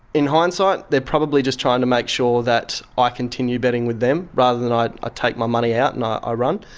in hindsight they're probably just trying to make sure that i continue betting with them, rather than i ah take my money out and i ah run.